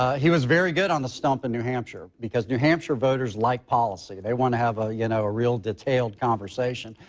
he was very good on the stump in new hampshire because new hampshire voters like policy. they want to have a you know ah real detailed conversation.